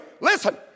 listen